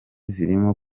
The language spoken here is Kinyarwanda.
zirimo